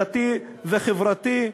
דתי וחברתי.